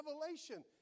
revelation